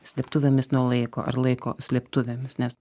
slėptuvėmis nuo laiko ar laiko slėptuvėmis nes